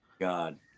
God